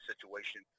situation